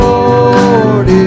Lord